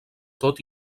tot